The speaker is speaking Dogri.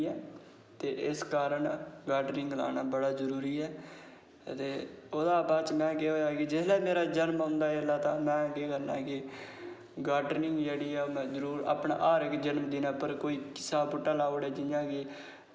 साढ़ा जेह्का जीवन ओह् जिंदगी जेह्ड़ी बधी सकदी ऐ ते इस कारण गार्डनिंग करना बड़ा जरूरी ऐ ओह् बाद च केह् होआ कि जिसलै मेरा जनम होया तां में केह् करना कि गार्डनिंग जेह्ड़ी ऐ ओह् अपने हर इक्क जनमदिन पर जियां भई कोई स्येऊ दा बूह्टा लाई ओड़ेआ